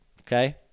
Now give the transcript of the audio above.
Okay